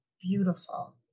beautiful